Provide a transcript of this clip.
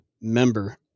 member